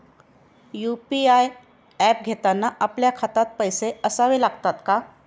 UPI app घेताना आपल्या खात्यात पैसे असावे लागतात का?